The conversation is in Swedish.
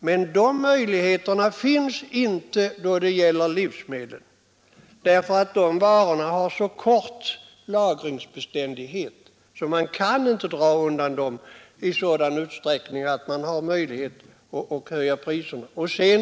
Men sådana möjligheter finns inte då det gäller livsmedel, därför att dessa varor har så kort lagringsbeständighet att man inte kan dra undan dem i sådan utsträckning att man kan höja priserna.